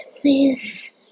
please